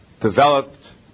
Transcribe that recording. developed